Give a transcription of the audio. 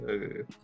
Okay